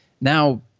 Now